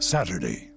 Saturday